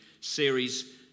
series